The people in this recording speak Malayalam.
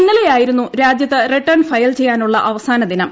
ഇന്നലെയായിരുന്നു രാജ്യത്ത് റിട്ടേൺ ഫയൽ ചെയ്യാനുള്ള അവസാനദിനം